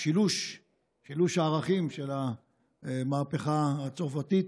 בשילוש הערכים של המהפכה הצרפתית: